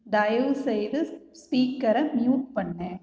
தயவுசெய்து ஸ்பீக்கரை மியூட் பண்ணு